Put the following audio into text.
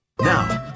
Now